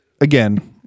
again